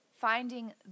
Finding